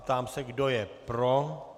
Ptám se, kdo je pro.